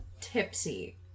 tipsy